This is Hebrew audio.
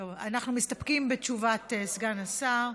טוב, אנחנו מסתפקים בתשובת סגן השר.